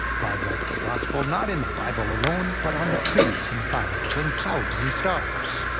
god writes the gospel not in the bible alone but on the trees and flowers and clouds and stars.